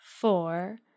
four